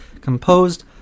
composed